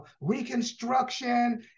reconstruction